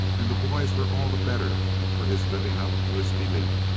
and the boys were all the better for his living up to his belief.